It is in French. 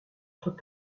trop